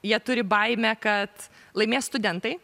jie turi baimę kad laimės studentai